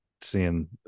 seeing –